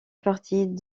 partie